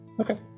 Okay